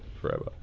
forever